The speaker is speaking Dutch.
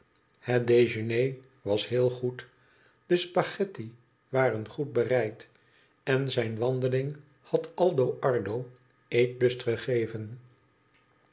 het dejeuner was heel goed de spaghetti waren goed bereid en zijn wandeling had aldo ardo eetlust